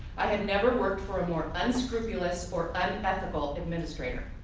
i have never worked for a more unscrupulous or unethical administrator.